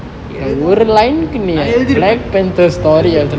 எழுதலாம் நா எழுதிருப்பேன் எழுதிருப்பேன்:eluthalaam naa eluthiruppen eluthiruppen